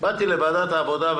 באתי לוועדת העבודה,